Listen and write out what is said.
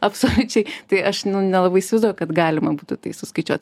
absoliučiai tai aš nelabai įsivaizduoju kad galima būtų tai suskaičiuoti